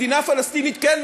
מדינה פלסטינית כן,